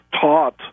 taught